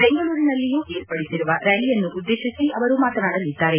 ಬೆಂಗಳೂರಿನಲ್ಲಿಯೂ ಏರ್ಪಡಿಸಿರುವ ರ್ಕಾಲಿಯನ್ನು ಉದ್ದೇಶಿಸಿ ಅವರು ಮಾತನಾಡಲಿದ್ದಾರೆ